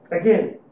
again